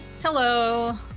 Hello